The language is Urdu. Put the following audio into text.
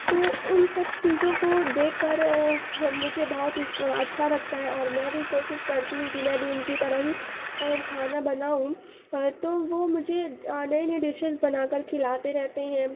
تو ان سب چیزوں کو دیکھ کر مجھے بہت ہی اچھا لگتا ہے اور میں بھی کوشش کرتی ہوں کہ میں بھی ان کی طرح ہی کھانا بناؤں پر تو وہ مجھے نئے نئے ڈشز بنا کر کھلاتے رہتے ہیں